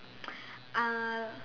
uh